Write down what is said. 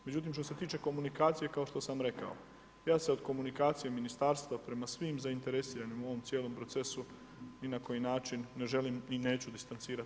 Međutim što se tiče komunikacije, kao što sam rekao, ja se od komunikacije ministarstva prema svim zainteresiranim u ovom cijelom procesu, ni na koji način ne želim i neću distancirati.